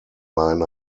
line